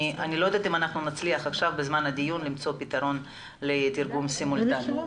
אני לא יודעת אם נצליח עכשיו בזמן הדיון למצוא פתרון לתרגום סימולטני.